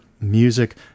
music